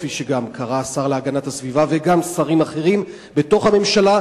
כפי שגם קראו השר להגנת הסביבה וגם שרים אחרים בתוך הממשלה,